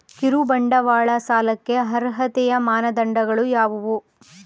ಕಿರುಬಂಡವಾಳ ಸಾಲಕ್ಕೆ ಅರ್ಹತೆಯ ಮಾನದಂಡಗಳು ಯಾವುವು?